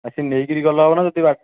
ଏ ସେ ନେଇକିରି ଗଲେ ହେବନା ଯଦି ବାଟ